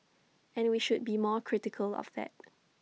and we should be more critical of that